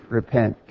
repent